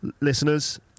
listeners